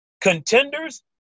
Contenders